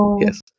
yes